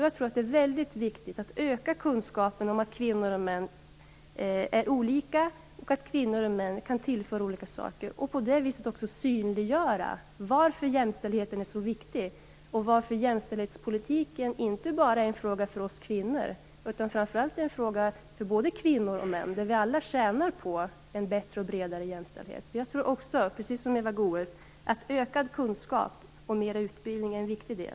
Jag tror att det är väldigt viktigt att öka kunskapen om att kvinnor och män är olika och kan tillföra olika saker. På det sättet kan vi synliggöra att jämställdheten är så viktig. Jämställdhetspolitiken är ju inte bara är en fråga för oss kvinnor, utan framför allt en fråga för både kvinnor och män. Vi tjänar alla på en bättre och bredare jämställdhet. Jag tror också, precis som Eva Goës, att ökad kunskap och mer utbildning är en viktig del.